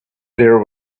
there